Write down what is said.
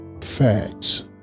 Facts